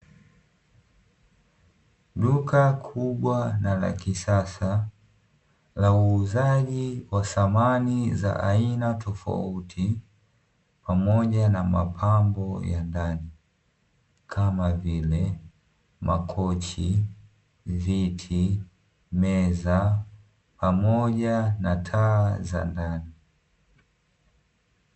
Duka kubwa na la kisasa la uuzaji wa samani za aina tofauti pamoja na mapambo ya ndani kama vile; makochi, viti, meza pamoja na taa za ndani.